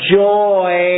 joy